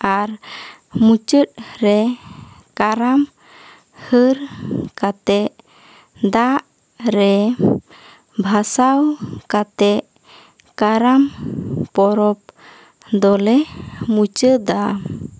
ᱟᱨ ᱢᱩᱪᱟᱹᱫ ᱨᱮ ᱠᱟᱨᱟᱢ ᱦᱟᱹᱨ ᱠᱟᱛᱮᱫ ᱫᱟᱜ ᱨᱮ ᱵᱷᱟᱥᱟᱣ ᱠᱟᱛᱮᱫ ᱠᱟᱨᱟᱢ ᱯᱚᱨᱚᱵᱽ ᱫᱚᱞᱮ ᱢᱩᱪᱟᱹᱫᱟ